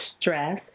stress